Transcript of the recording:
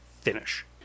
finish